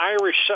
Irish